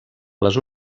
les